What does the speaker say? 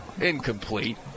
incomplete